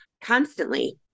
constantly